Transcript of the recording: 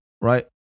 Right